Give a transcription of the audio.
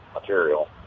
material